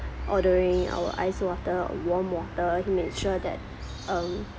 ordering our ice water or warm water he made sure that um